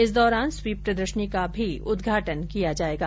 इस दौरान स्वीप प्रदर्शनी का भी उदघाटन किया जाएगा